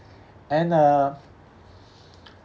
and uh